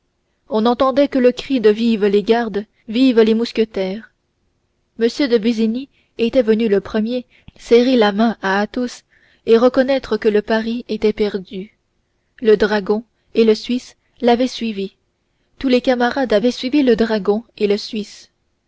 on n'entendait que le cri de vivent les gardes vivent les mousquetaires m de busigny était venu le premier serrer la main à athos et reconnaître que le pari était perdu le dragon et le suisse l'avaient suivi tous les camarades avaient suivi le dragon et le suisse